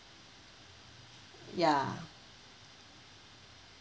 ya